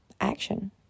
action